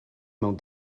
mewn